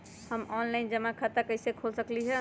हम ऑनलाइन जमा खाता कईसे खोल सकली ह?